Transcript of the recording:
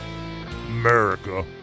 America